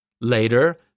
Later